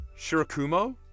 Shirakumo